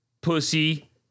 Pussy